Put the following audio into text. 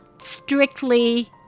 strictly